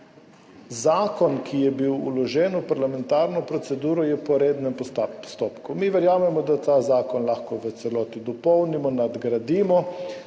Zakon, ki je bil vložen v parlamentarno proceduro, je po rednem postopku. Mi verjamemo, da ta zakon lahko v celoti dopolnimo, nadgradimo,